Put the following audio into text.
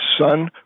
son